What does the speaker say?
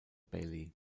bailey